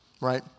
right